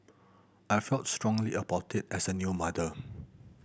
I felt strongly about it as a new mother